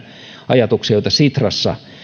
ajatuksia joita sitrassa